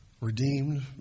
Redeemed